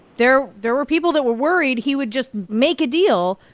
there there were people that were worried he would just make a deal.